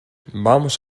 vamos